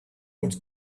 which